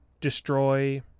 destroy